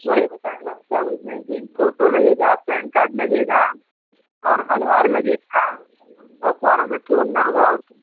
वही बताया ना क्या बोलते हैं तीन फ़ोटो लगेगा पैन कार्ड लगेगा और आधार लगेगा और फॉरम एक ठो भरना होगा और क्या